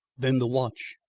then the watch!